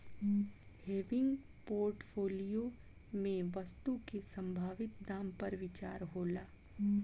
हेविंग portfolio में वस्तु के संभावित दाम पर विचार होला